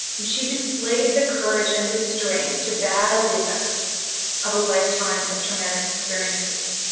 and she displayed the courage and the strength to battle the effects of a lifetime of traumatic experiences,